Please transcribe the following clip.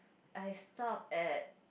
I stopped at